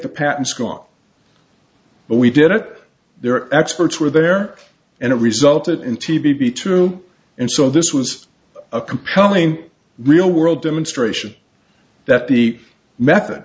the patents gone but we did it there experts were there and it resulted in tb be true and so this was a compelling real world demonstration that the method